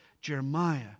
Jeremiah